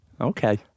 Okay